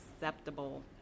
acceptable